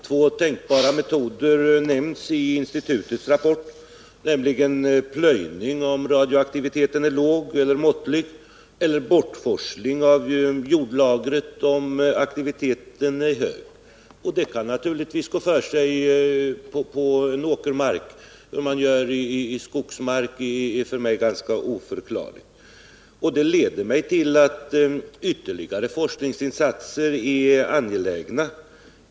Två tänkbara metoder nämns i strålskyddsinstitutets rapport, nämligen plöjning, om radioaktiviteten är låg eller måttlig, och bortforsling av jordlagret, om radioaktiviteten är hög. Allt detta kan naturligtvis gå för sig på åkermark. Hur man gör med skogsmark är för mig ganska oförklarligt. Det leder mig till den uppfattningen att ytterligare forskningsinsatser är angelägna.